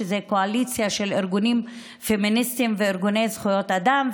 שזו קואליציה של ארגונים פמיניסטיים וארגוני זכויות אדם,